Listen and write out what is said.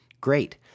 great